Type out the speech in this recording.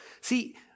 See